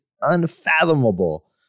unfathomable